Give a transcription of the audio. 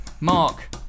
Mark